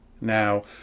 Now